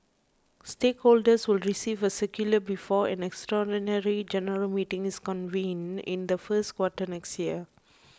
stay holders will receive a circular before an extraordinary general meeting is convened in the first quarter next year